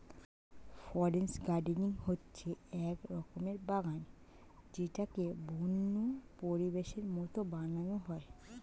forest gardening হচ্ছে এক রকমের বাগান যেটাকে বন্য পরিবেশের মতো বানানো হয়